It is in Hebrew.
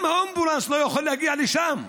גם האמבולנס לא יכול להגיע לשם.